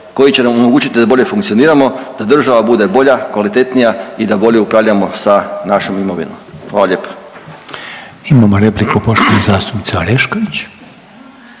koji će nam omogućiti da bolje funkcioniramo, da država bude bolja, kvalitetnija i da bolje upravljamo sa našom imovinom. Hvala lijepa. **Reiner, Željko (HDZ)** Imamo repliku poštovana zastupnica Orešković.